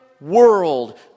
world